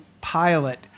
pilot